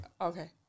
Okay